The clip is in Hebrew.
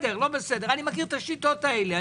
אני מכיר את השיטות האלה.